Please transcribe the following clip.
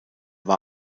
war